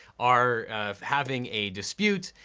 are having a dispute,